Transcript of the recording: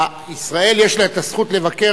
ישראל יש לה הזכות לבקר,